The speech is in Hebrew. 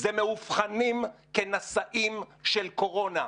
זה מאובחנים כנשאים של קורונה.